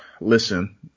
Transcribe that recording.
Listen